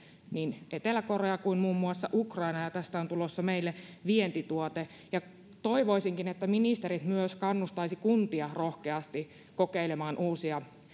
niin etelä korea kuin muun muassa ukraina ja tästä on tulossa meille vientituote toivoisinkin että ministerit myös kannustaisivat kuntia rohkeasti kokeilemaan uusia